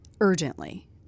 urgently